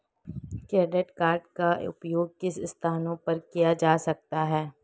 Credit card का उपयोग किन स्थानों पर किया जा सकता है?